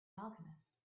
alchemist